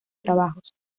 trabajos